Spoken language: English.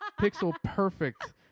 pixel-perfect